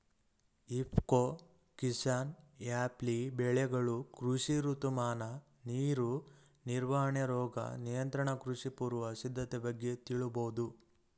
ಇಫ್ಕೊ ಕಿಸಾನ್ಆ್ಯಪ್ಲಿ ಬೆಳೆಗಳು ಕೃಷಿ ಋತುಮಾನ ನೀರು ನಿರ್ವಹಣೆ ರೋಗ ನಿಯಂತ್ರಣ ಕೃಷಿ ಪೂರ್ವ ಸಿದ್ಧತೆ ಬಗ್ಗೆ ತಿಳಿಬೋದು